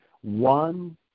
one